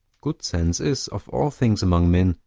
good sense is, of all things among men,